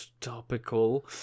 topical